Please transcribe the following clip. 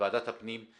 ועדת הפנים,